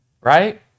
right